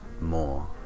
more